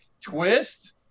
twist